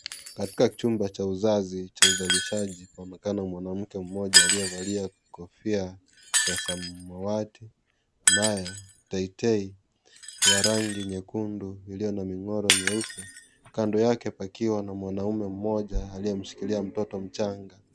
Katika jumba cha uzazi, cha uzalishaji aonekana mwanamke mmoja aliyevalia kofia ya samawati nayo teitei ya rangi nyekundu iliyo na michoro meupe, Kando yake pakiwa na mwanaume mmoja aliyemshikilia mtoto mchanga.